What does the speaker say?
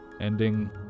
ending